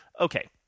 okay